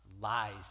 lies